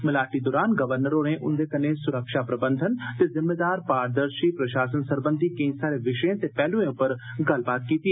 मलाटी दरान गव्रनर होरें उन्दे कन्नै सुरक्षा प्रबंधन ते जिम्मेदार पारदर्शी प्रशासन सरबंधी केंई सारे विषयें ते पैहलुएं पर गल्लबात कीत्ती